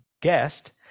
guest